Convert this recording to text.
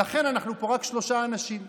ולכן אנחנו רק שלושה אנשים פה.